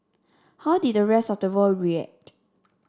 how did the rest of the world react